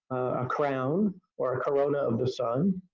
a crown or a corona of the sun.